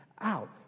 out